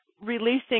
releasing